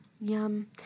Yum